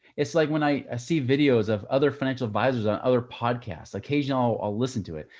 it's like when i ah see videos of other financial advisors on other podcasts, occasionally i'll listen to it.